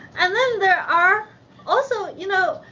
and then there are also, you know,